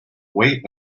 weight